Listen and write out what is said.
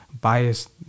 biased